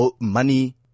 Money